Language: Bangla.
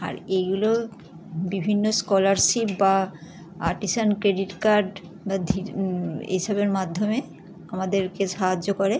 আর এগুলো বিভিন্ন স্কলারশিপ বা আর্টিশান ক্রেডিট কার্ড বা ধীর এই সবের মাধ্যমে আমাদেরকে সাহায্য করে